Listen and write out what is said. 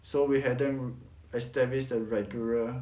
so we have them establish the regular